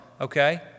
okay